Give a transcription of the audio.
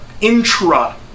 intra